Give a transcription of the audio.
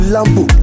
Lambo